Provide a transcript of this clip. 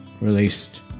released